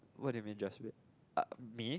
what do you mean just wait uh me